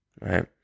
right